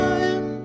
Time